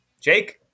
Jake